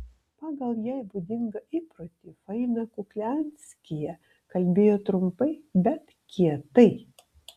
pagal jai būdingą įprotį faina kuklianskyje kalbėjo trumpai bet kietai